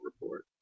report